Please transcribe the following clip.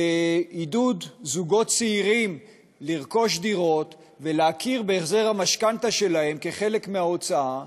זוגות צעירים לרכוש דירות ולהכיר בהחזר המשכנתה שלהם כחלק מההוצאה,